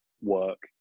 work